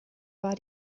war